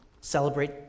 Celebrate